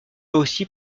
aussi